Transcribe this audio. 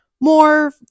more